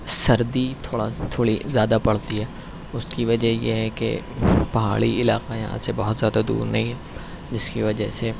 سردی تھوڑا تھوڑی زیادہ پڑتی ہے اس کی وجہ یہ ہے کہ پہاڑی علاقہ یہاں سے بہت زیادہ دور نہیں ہے جس کی وجہ سے